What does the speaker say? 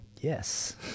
Yes